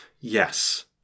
Yes